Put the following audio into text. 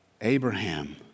Abraham